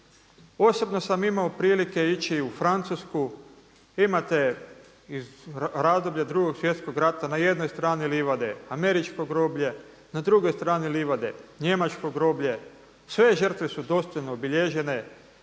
Osobno sam imao prilike ići u Francusku, imate iz razdoblja Drugog svjetskog rata na jednoj strani livade američko groblje, na drugoj strani livade njemačko groblje. Sve žrtve su dostojno obilježene,